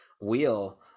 wheel